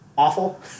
Awful